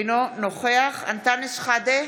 אינו נוכח אנטאנס שחאדה,